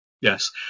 yes